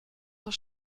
zur